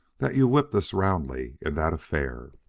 that you whipped us roundly in that affair.